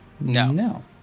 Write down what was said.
No